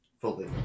fully